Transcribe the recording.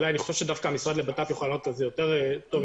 שדווקא המשרד לבט"פ יוכל לענות על זה יותר טו